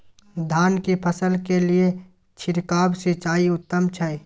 धान की फसल के लिये छिरकाव सिंचाई उत्तम छै?